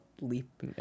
Leap